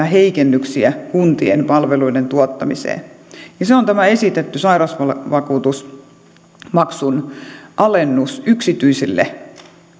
heikennyksiä kuntien palveluiden tuottamiseen se on tämä esitetty sairausvakuutusmaksun alennus yksityisille